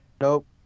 Nope